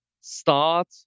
start